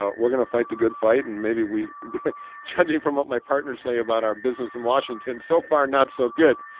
ah we're going to fight the good fight. and maybe we judging from what my partners say about our business in washington so far, not so good.